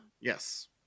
Yes